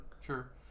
Sure